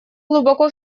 глубоко